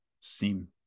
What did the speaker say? seem